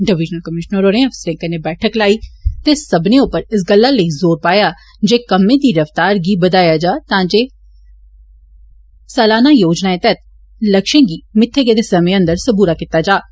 divisional commissioner होरें अफसरें कन्नै बैठक लाई ते सब्बनें उप्पर इस गल्ला लेई जोर पाया जे कम्मै दी रफतार गी बदाया जा तां जे सालाना योजना तैहत लक्ष्यें गी मित्थे गेदे समें अंदर सबूरा कीता जाई सकै